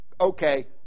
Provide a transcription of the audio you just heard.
Okay